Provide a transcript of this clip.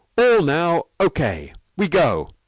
all now o. k. we go